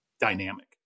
dynamic